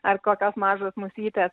ar kokios mažos musytės